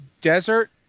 desert